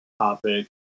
topic